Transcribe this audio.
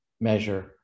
measure